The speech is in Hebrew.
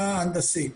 מבחינה הנדסית.